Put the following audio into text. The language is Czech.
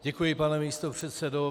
Děkuji, pane místopředsedo.